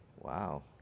wow